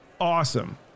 awesome